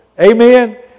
Amen